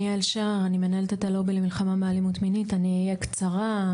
אני מנהלת את הלובי למלחמה באלימות מינית ואני אהיה קצרה.